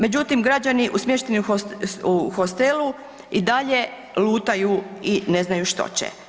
Međutim građani u smještenom hostelu i dalje lutaju i ne znaju što će.